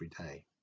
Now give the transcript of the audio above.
everyday